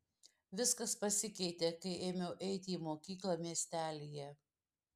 viskas pasikeitė kai ėmiau eiti į mokyklą miestelyje